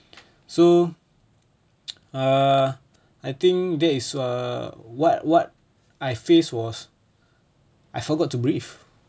so err I think there is err what what I faced was I forgot to breathe